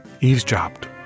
eavesdropped